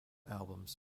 albums